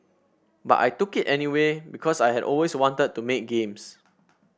but I took it anyway because I had always wanted to make games